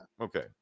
Okay